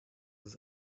ist